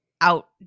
out